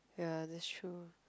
ya that's true